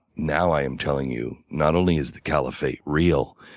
now i am telling you not only is the caliphate real,